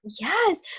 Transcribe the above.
Yes